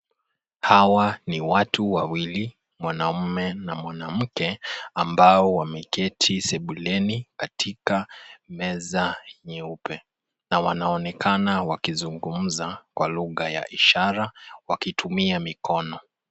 Hawa ni watu wawili, mwanamume na mwanamke ambao wameketi sebuleni katika meza nyeupe na wanaonekana wakizungumza kwa lugha ya ishara wakitumia mikono.